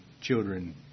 children